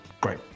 great